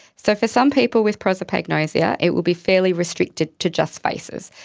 so for some people with prosopagnosia it will be fairly restricted to just faces.